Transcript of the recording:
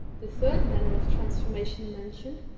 the third manner of transformation mentioned,